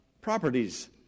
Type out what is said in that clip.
properties